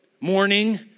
morning